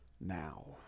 now